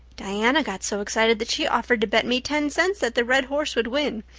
diana got so excited that she offered to bet me ten cents that the red horse would win.